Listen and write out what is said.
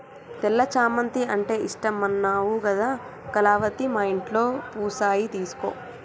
తెల్ల చామంతి అంటే ఇష్టమన్నావు కదా కళావతి మా ఇంట్లో పూసాయి తీసుకో